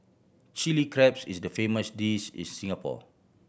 Chilli Crab is the famous dish in Singapore